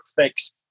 fix